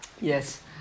yes